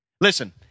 Listen